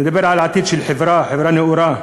נדבר על העתיד של החברה, חברה נאורה,